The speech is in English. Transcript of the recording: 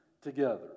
together